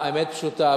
האמת פשוטה,